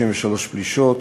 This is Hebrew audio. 33 פלישות,